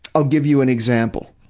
i'll give you an example.